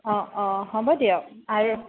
অ অ হ'ব দিয়ক আৰু